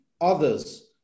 others